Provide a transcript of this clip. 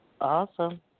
Awesome